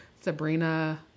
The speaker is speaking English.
sabrina